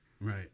Right